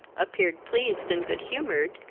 appeared pleased and good humoured,